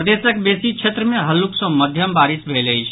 प्रदेशक बेसी क्षेत्र मे हल्लुक सँ मध्यम बारिश भेल अछि